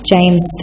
James